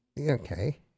Okay